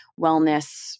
wellness